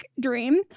dream